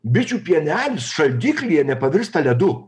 bičių pienelis šaldiklyje nepavirsta ledu